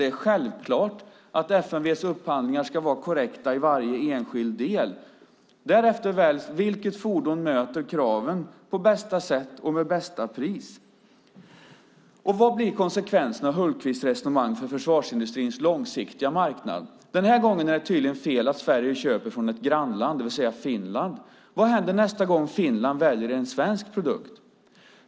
Det är självklart att FMV:s upphandlingar ska vara korrekta i varje enskild del. Därefter väljs det fordon som möter kraven på bästa sätt och med bästa pris. Vad blir konsekvensen av Hultqvists resonemang för försvarsindustrins långsiktiga marknad? Den här gången är det tydligen fel att Sverige köper från ett grannland, det vill säga Finland. Vad händer nästa gång Finland väljer en svensk produkt?